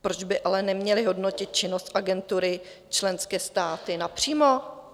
Proč by ale neměly hodnotit činnost Agentury členské státy napřímo?